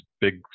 big